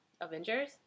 avengers